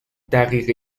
دقیقه